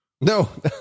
No